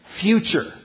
future